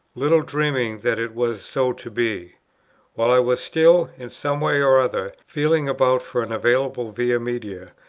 little dreaming that it was so to be while i was still, in some way or other, feeling about for an available via media,